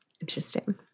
Interesting